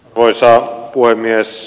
arvoisa puhemies